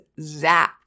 zapped